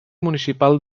municipal